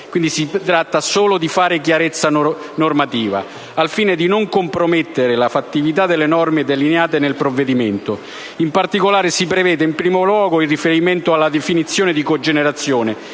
Quindi, si tratta solo di fare chiarezza normativa al fine di non compromettere la fattività delle norme delineate nel provvedimento. In particolare si prevede in primo luogo, in riferimento alla definizione di «cogenerazione»